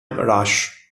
rush